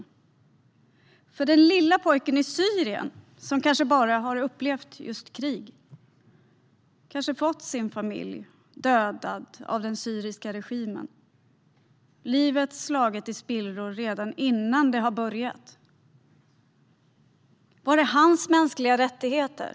Vi måste fortsätta kampen för den lille pojken i Syrien, som kanske bara har upplevt krig och kanske har fått sin familj dödad av den syriska regimen - som har fått livet slaget i spillror redan innan det har börjat. Var är hans mänskliga rättigheter?